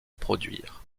produire